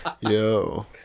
Yo